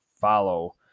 follow